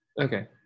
Okay